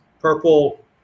purple